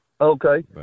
Okay